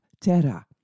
Terra